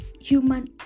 human